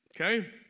Okay